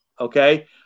Okay